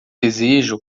desejo